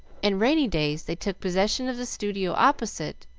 and rainy days they took possession of the studio opposite,